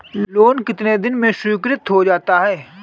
Loan कितने दिन में स्वीकृत हो जाता है?